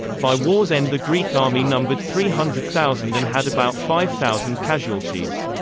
by war's end the greek army numbered three hundred thousand and had about five thousand casualties.